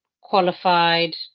qualified